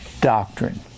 doctrine